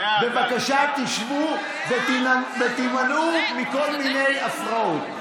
בבקשה תשבו ותימנעו מכל מיני הפרעות.